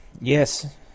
Yes